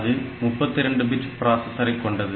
அது 32 பிட் பிராஸஸரை கொண்டது